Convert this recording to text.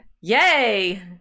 yay